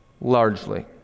largely